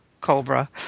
Cobra